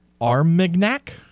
Armagnac